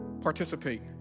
Participate